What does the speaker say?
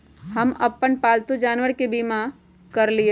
हम अप्पन पालतु जानवर के बीमा करअलिअई